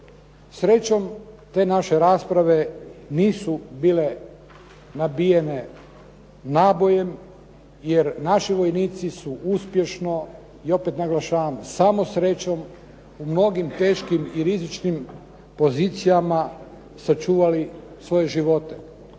Srećom, te naše rasprave nisu bile nabijene nabojem, jer naši vojnici su uspješno i opet naglašavam samo srećom u mnogim teškim i rizičnim pozicijama sačuvali svoje živote.